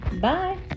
Bye